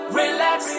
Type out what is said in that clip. relax